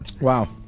wow